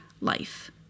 life